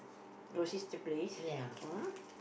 oh sister place